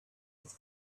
with